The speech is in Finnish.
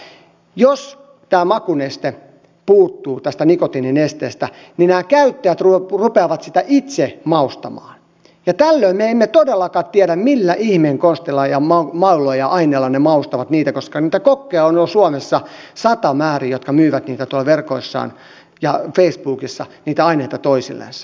meidän täytyy muistaa se että jos tämä makuneste puuttuu tästä nikotiininesteestä niin nämä käyttäjät rupeavat sitä itse maustamaan ja tällöin me emme todellakaan tiedä millä ihmeen konsteilla ja mauilla ja aineilla ne maustavat niitä koska niitä kokkeja on jo suomessa satamäärin jotka myyvät tuolla verkoissaan ja facebookissa niitä aineita toisillensa